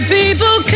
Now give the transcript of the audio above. people